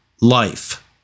life